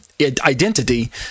identity